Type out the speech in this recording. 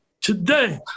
today